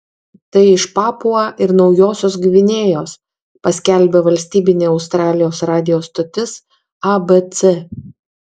tai iš papua ir naujosios gvinėjos paskelbė valstybinė australijos radijo stotis abc